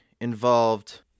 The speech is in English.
involved